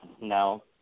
No